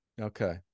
Okay